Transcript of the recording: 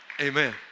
Amen